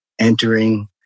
entering